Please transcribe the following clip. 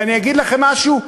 ואני אגיד לכם משהו?